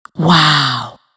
Wow